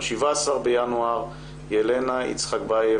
ב-17 בינואר ילנה יצחקבייב,